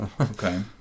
okay